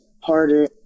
harder